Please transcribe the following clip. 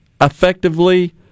effectively